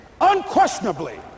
unquestionably